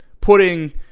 putting